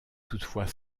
toutefois